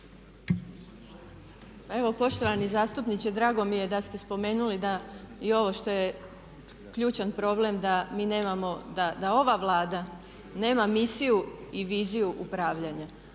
Evo poštovani zastupniče drago mi je da ste spomenuli da i ovo što je ključan problem da mi nemamo, da ova Vlada nema misiju i viziju upravljanja.